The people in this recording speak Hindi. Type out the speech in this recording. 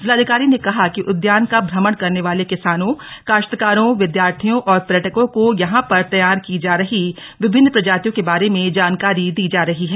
जिलाधिकारी ने कहा कि उद्यान का भ्रमण करने वाले किसानों काश्तकारों विद्यार्थियों और पर्यटकों को यहां पर तैयार की जा रही विभिन्न प्रजातियों के बारे में जानकारी दी जा रही है